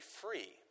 free